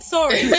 Sorry